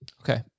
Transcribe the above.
Okay